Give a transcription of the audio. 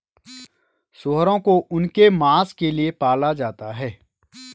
सूअरों को उनके मांस के लिए पाला जाता है